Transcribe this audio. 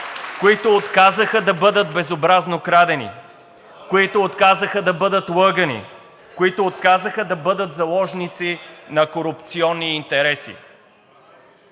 които отказаха да бъдат безобразно крадени, които отказаха да бъдат лъгани, които отказаха да бъдат заложници на корупционни интереси.